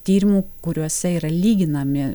tyrimų kuriuose yra lyginami